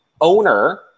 owner